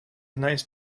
nice